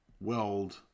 weld